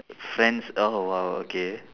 friends oh !wow! okay